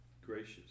gracious